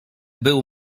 był